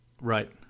Right